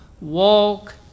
walk